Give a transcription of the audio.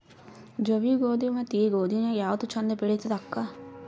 ಜವಿ ಗೋಧಿ ಮತ್ತ ಈ ಗೋಧಿ ನ್ಯಾಗ ಯಾವ್ದು ಛಂದ ಬೆಳಿತದ ಅಕ್ಕಾ?